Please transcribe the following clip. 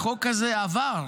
החוק הזה עבר.